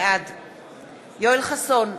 בעד יואל חסון,